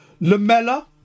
Lamella